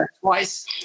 twice